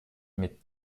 mit